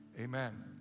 amen